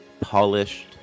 polished